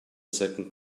second